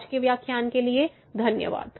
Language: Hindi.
आज के व्याख्यान के लिए धन्यवाद